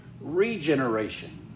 regeneration